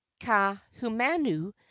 kahumanu